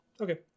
okay